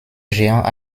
géant